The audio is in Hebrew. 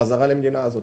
בחזרה למדינה הזאת.